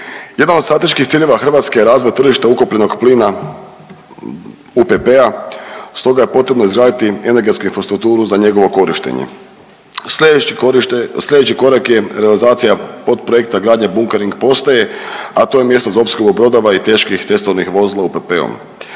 Jedna od strateških ciljeva Hrvatske je razvoj tržišta ukapljenog plina UPP-a, stoga je potrebno izgraditi energetsku infrastrukturu za njegovo korištenje. Sljedeći korak je realizacija pod projekta gradnje bunkering postaje, a to je mjesto za opskrbu brodova i teških cestovnih vozila UPP-om.